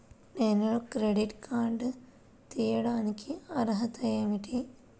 నేను credit card తీయడానికి అర్హత ఏమిటి?